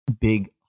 big